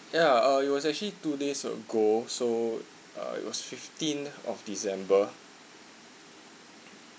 ya uh it was actually two days ago so uh it was fifteenth of december